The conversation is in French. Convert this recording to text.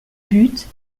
bute